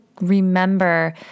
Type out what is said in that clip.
remember